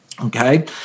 Okay